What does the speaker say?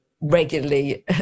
regularly